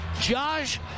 Josh